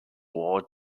war